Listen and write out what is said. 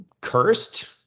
cursed